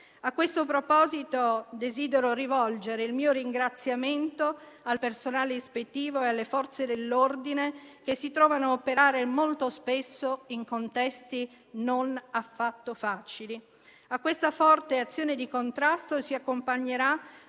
A questo proposito, desidero rivolgere il mio ringraziamento al personale ispettivo e alle Forze dell'ordine, che si trovano a operare molto spesso in contesti non affatto facili. A questa forte azione di contrasto si accompagnerà